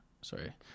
Sorry